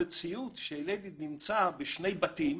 המציאות שילד נמצא בשני בתים,